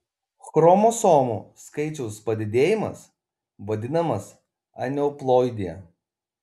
chromosomų skaičiaus padidėjimas vadinamas aneuploidija